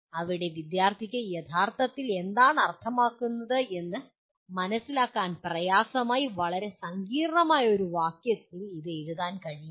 അവിടെ വിദ്യാർത്ഥിക്ക് യഥാർത്ഥത്തിൽ എന്താണ് അർത്ഥമാക്കുന്നത് എന്ന് മനസിലാക്കാൻ പ്രയാസമായി വളരെ സങ്കീർണ്ണമായ ഒരു വാക്യത്തിൽ ഇത് എഴുതാൻ കഴിയില്ല